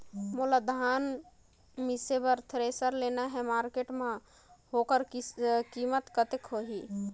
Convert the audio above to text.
मोला धान मिसे बर थ्रेसर लेना हे मार्केट मां होकर कीमत कतेक होही?